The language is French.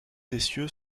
essieux